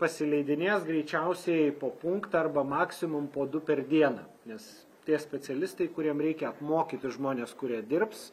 pasileidinės greičiausiai po punktą arba maksimum po du per dieną nes tie specialistai kuriem reikia apmokyti žmones kurie dirbs